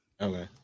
Okay